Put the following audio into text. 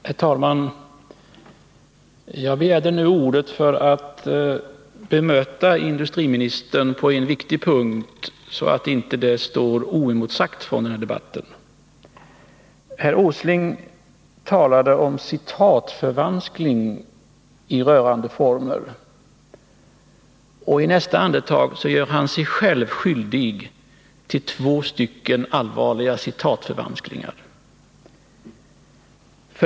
Herr talman! Jag begärde ordet för att bemöta industriministern på en viktig punkt, så att inte detta står oemotsagt i debatten. Herr Åsling talade nämligen i rörande ordalag om citatförvanskning. Men i nästa andetag gör han sig själv skyldig till två stycken allvarliga citatförvanskningar.